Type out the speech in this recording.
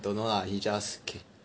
don't know lah he just